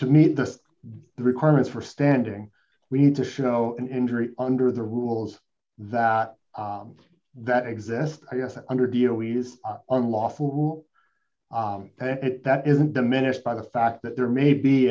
to meet the requirements for standing we need to show an injury under the rules that that exist under do you use unlawful pay that isn't diminished by the fact that there may be